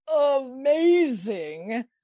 amazing